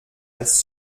als